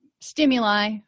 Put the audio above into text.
stimuli